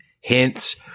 hints